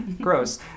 Gross